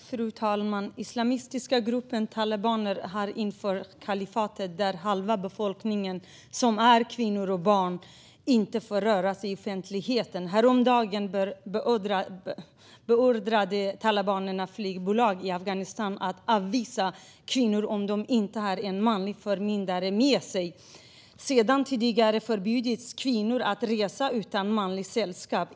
Fru talman! Den islamistiska gruppen talibaner har infört ett kalifat där halva befolkningen, som består av kvinnor och barn, inte får röra sig i offentligheten. Häromdagen beordrade talibanerna flygbolag i Afghanistan att avvisa kvinnor om de inte har en manlig förmyndare med sig. Sedan tidigare förbjuds kvinnor att resa utan manligt sällskap.